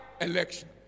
election